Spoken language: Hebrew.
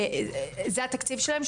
זה התקציב שלהם?